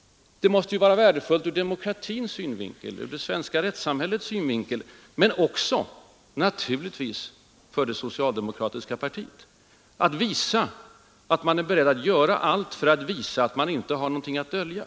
Det måste vara värdefullt ur demokratins synvinkel, ur det svenska rättssamhällets synvinkel, men naturligtvis också för det socialdemokratiska partiet att man visar sig vara beredd att medverka till allt som kan vara ägnat att visa att man inte har någonting att dölja.